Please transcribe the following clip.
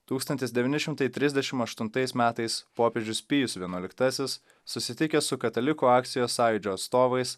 tūkstantis devyni šimtai trisdešim aštuntais metais popiežius pijus vienuoliktasis susitikęs su katalikų akcijos sąjūdžio atstovais